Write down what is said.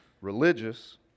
religious